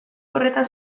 horretan